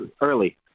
early